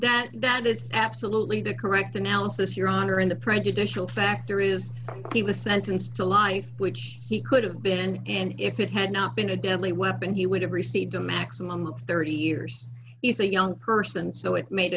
that that is absolutely the correct analysis your honor in the prejudicial factor is he was sentenced to life which he could have been and if it had not been a deadly weapon he would have received a maximum of thirty years he's a young person so it made